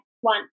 one